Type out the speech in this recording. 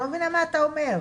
אני לא מבינה מה אתה אומר,